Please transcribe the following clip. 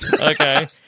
Okay